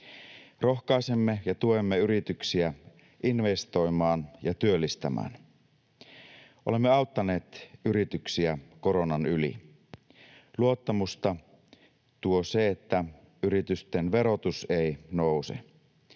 Rohkaisemme ja tuemme yrityksiä investoimaan ja työllistämään. Olemme auttaneet yrityksiä koronan yli. Luottamusta tuo se, että yritysten verotus ei nouse.